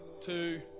two